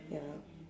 ya